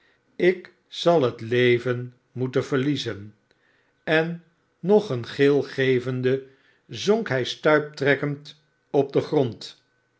ik zal het leven moeten verliezen en nog een gil gevende zonk hij stuiptrekkend op den grond